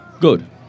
good